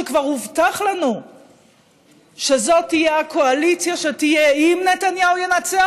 שכבר הובטח לנו שזו תהיה הקואליציה אם נתניהו ינצח,